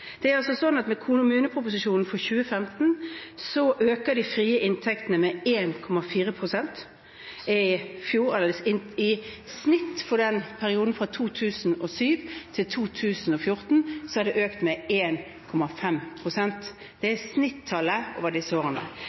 Med kommuneproposisjonen for 2015 øker de frie inntektene med 1,4 pst. I perioden fra 2007 til 2014 har de i snitt økt med 1,5 pst. – det er snittallet for disse årene.